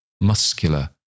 muscular